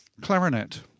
Clarinet